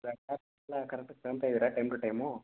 tablet ಎಲ್ಲ ಕರಕ್ಟಾಗಿ ತೊಗೋತಾ ಇದ್ದೀರಾ ಟೈಮ್ ಟು ಟೈಮು